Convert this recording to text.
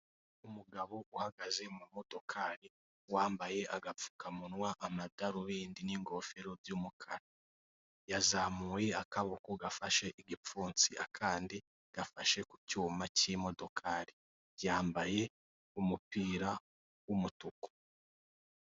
Umugabo uhagaze mu modokari wambaye agapfukamunwa ,amadarubindi n'ingofero by'umukara yazamuye akaboko gafashe igipfunsi akandi gafashe ku cyuma cy'imodokari byambaye umupira w'umutuku.